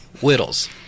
whittles